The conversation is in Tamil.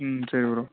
ம் சரி ப்ரோ